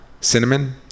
Cinnamon